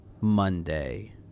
Monday